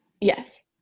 Yes